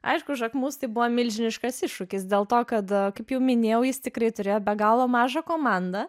aišku žakmus tai buvo milžiniškas iššūkis dėl to kad kaip jau minėjau jis tikrai turėjo be galo mažą komandą